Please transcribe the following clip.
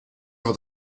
over